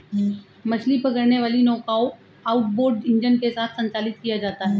मछली पकड़ने वाली नौकाओं आउटबोर्ड इंजन के साथ संचालित किया जाता है